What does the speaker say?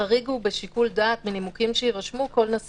החריג הוא בשיקול דעת מנימוקים שיירשמו כל נשיא